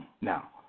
Now